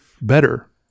better